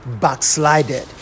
backslided